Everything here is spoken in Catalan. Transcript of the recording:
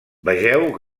vegeu